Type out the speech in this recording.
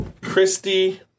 Christy